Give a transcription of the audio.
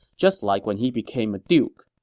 just like when he became a duke.